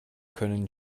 können